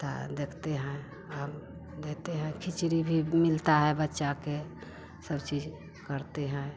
ता देखते हैं हम देते हैं खिचड़ी भी मिलता है बच्चा के सब चीज करते हैं